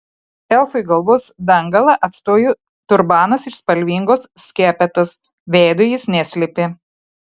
elfui galvos dangalą atstojo turbanas iš spalvingos skepetos veido jis neslėpė